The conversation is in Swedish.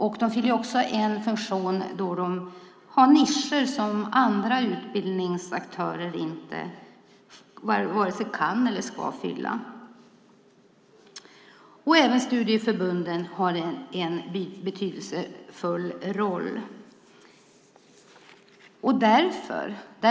Folkbildningen fyller en funktion med nischer som andra utbildningsaktörer inte vare sig kan eller ska fylla. Även studieförbunden har en betydelsefull roll.